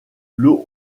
l’eau